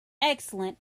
excellent